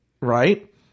right